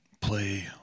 Play